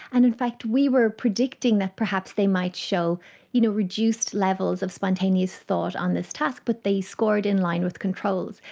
and in fact we were predicting that perhaps they might show you know reduced levels of spontaneous thought on this task but they scored in line with controls,